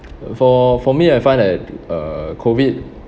for for me I find that uh COVID